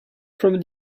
from